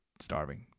starving